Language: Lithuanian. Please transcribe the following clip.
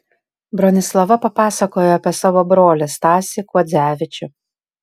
bronislava papasakojo apie savo brolį stasį kuodzevičių